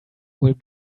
will